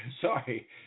Sorry